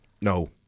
No